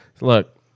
Look